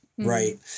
Right